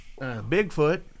Bigfoot